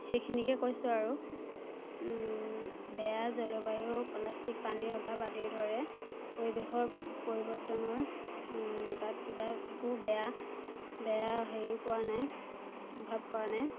সেইখিনিকে কৈছোঁ আৰু বেয়া জলবায়ু প্লাষ্টিক পানীৰ অভাৱ আদিৰ দৰে পৰিৱেশৰ পৰিৱৰ্তনৰ তাত কিবা একো বেয়া বেয়া হেৰি পৰা নাই অভাৱ পৰা নাই